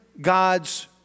God's